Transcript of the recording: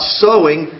sowing